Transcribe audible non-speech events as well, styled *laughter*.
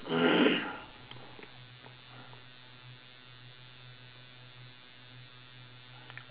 *coughs*